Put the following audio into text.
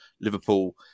Liverpool